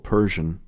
Persian